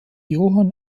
johann